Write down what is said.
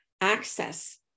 access